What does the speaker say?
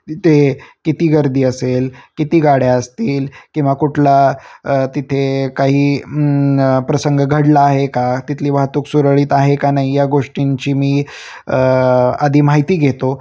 तिथे किती गर्दी असेल किती गाड्या असतील किंवा कुठला तिथे काही प्रसंग घडला आहे का तिथली वाहतूक सुरळीत आहे का नाही या गोष्टींची मी आधी माहिती घेतो